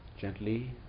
gently